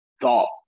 thought